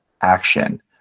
action